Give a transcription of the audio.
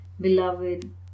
beloved